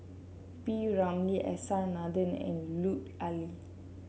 P Ramlee S R Nathan and Lut Ali